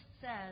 says